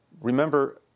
Remember